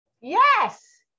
Yes